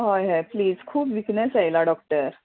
हय हय प्लीज खूब विक्नस आयला डॉक्टर